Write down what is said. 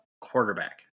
quarterback